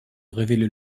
révéler